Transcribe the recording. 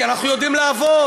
כי אנחנו יודעים לעבוד.